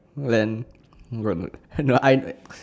when got the you know I bet